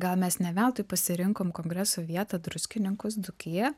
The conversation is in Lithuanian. gal mes ne veltui pasirinkom kongresui vietą druskininkus dzūkiją